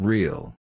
Real